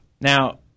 Now